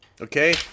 Okay